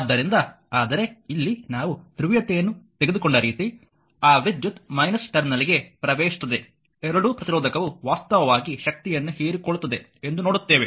ಆದ್ದರಿಂದ ಆದರೆ ಇಲ್ಲಿ ನಾವು ಧ್ರುವೀಯತೆಯನ್ನು ತೆಗೆದುಕೊಂಡ ರೀತಿ ಆ ವಿದ್ಯುತ್ ಟರ್ಮಿನಲ್ಗೆ ಪ್ರವೇಶಿಸುತ್ತದೆ ಎರಡೂ ಪ್ರತಿರೋಧಕವು ವಾಸ್ತವವಾಗಿ ಶಕ್ತಿಯನ್ನು ಹೀರಿಕೊಳ್ಳುತ್ತದೆ ಎಂದು ನೋಡುತ್ತೇವೆ